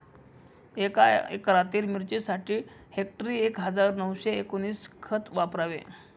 एका एकरातील मिरचीसाठी हेक्टरी एक हजार नऊशे एकोणवीस खत वापरावे